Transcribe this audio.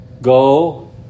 Go